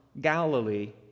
Galilee